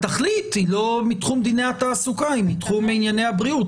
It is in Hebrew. התכלית היא לא מתחום דיני התעסוקה אלא היא מתחום ענייני הבריאות,